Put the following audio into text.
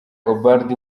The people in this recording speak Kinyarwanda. ubald